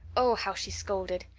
oh, how she scolded.